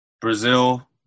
Brazil